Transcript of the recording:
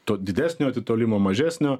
to didesnio atitolimo mažesnio